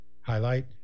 highlight